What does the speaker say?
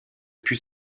put